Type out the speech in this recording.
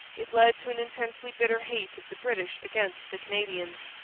it led to an intensely bitter hate of the british against the canadians,